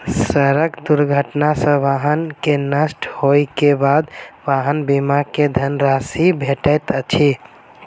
सड़क दुर्घटना सॅ वाहन के नष्ट होइ के बाद वाहन बीमा के धन राशि भेटैत अछि